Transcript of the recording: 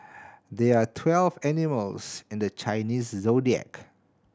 there are twelve animals in the Chinese Zodiac